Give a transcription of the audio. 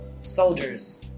soldiers